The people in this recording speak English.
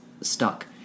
stuck